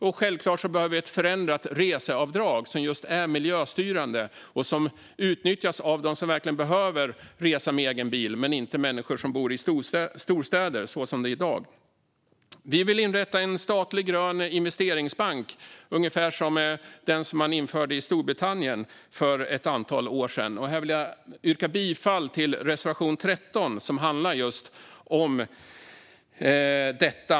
Och självklart behöver vi ett förändrat reseavdrag som är just miljöstyrande och som utnyttjas av dem som verkligen behöver resa med egen bil och inte av människor som bor i storstäder, så som det är i dag. Vi vill inrätta en statlig grön investeringsbank, ungefär som den man införde i Storbritannien för ett antal år sedan. Här vill jag yrka bifall till reservation 13, som handlar just om detta.